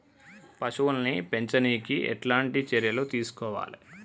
పశువుల్ని పెంచనీకి ఎట్లాంటి చర్యలు తీసుకోవాలే?